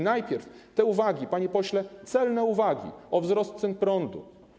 Najpierw te uwagi, panie pośle, celne uwagi o wzroście cen prądu.